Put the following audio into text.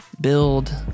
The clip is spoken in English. build